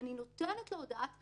אני נותנת לו הודעת קנס.